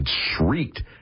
shrieked